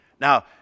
Now